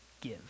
give